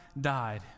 died